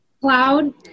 Cloud